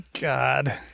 God